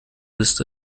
ist